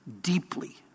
Deeply